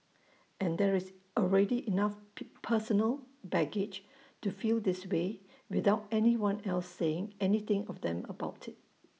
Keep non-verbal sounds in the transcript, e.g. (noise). and there is already enough (unintelligible) personal baggage to feel this way without anyone else saying anything to them about IT